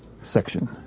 section